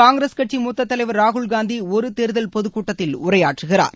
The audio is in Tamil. காங்கிரஸ் கட்சி மூத்த தலைவர் ராகுல் காந்தி ஒரு தேர்தல் பொதுக் கூட்டத்தில் உரையாற்றுகிறார்